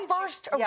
first